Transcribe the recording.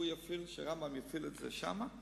שהוא יפעיל את זה שם.